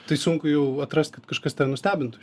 tai sunku jau atrast kad kažkas tave nustebintų